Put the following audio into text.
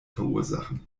verursachen